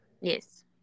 Yes